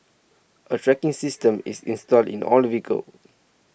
a tracking system is installed in all vehicles